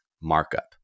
markup